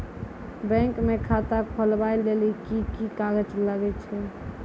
Bank म खाता खोलवाय लेली की की कागज लागै छै?